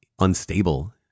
unstable